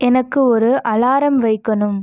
எனக்கு ஒரு அலாரம் வைக்கணும்